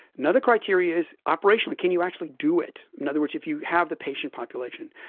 another criteria is operational can you actually do it? in other words, if you have the patient population.